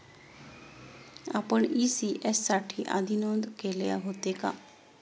आपण इ.सी.एस साठी आधी नोंद केले होते का?